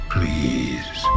Please